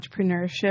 Entrepreneurship